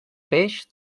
peix